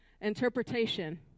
Interpretation